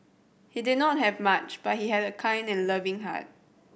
he did not have much but he had a kind and loving heart